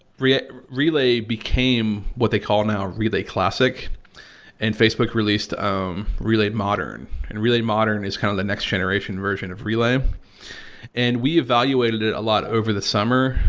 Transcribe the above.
relay relay became what they call now relay classic and facebook released um relay modern. and relay modern is kind of the next generation version of relay and we evaluated it a lot over the summer,